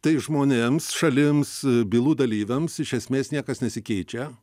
tai žmonėms šalims bylų dalyviams iš esmės niekas nesikeičia